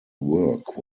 work